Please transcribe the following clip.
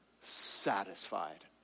satisfied